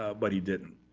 ah but he didn't.